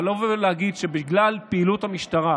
אבל לבוא ולהגיד שבגלל פעילות המשטרה